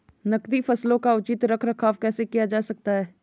नकदी फसलों का उचित रख रखाव कैसे किया जा सकता है?